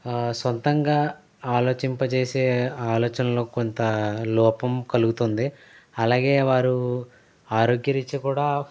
సొంతంగా ఆలోచింపజేసే ఆలోచనలో కొంత లోపం కలుగుతుంది అలాగే వారు ఆరోగ్యరీత్య కూడా